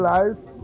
Life